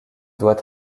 doit